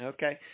Okay